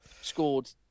scored